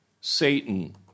Satan